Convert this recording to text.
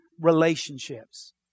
relationships